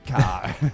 car